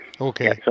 Okay